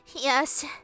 yes